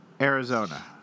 Arizona